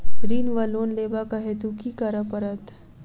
ऋण वा लोन लेबाक हेतु की करऽ पड़त?